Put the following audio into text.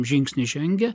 žingsnį žengia